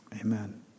amen